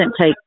take